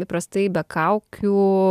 įprastai be kaukių